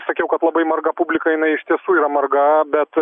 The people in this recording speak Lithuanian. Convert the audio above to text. sakiau kad labai marga publika jinai iš tiesų yra marga bet